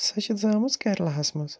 سۄ چھِ زٲمٕژ کریلا ہَس منٛز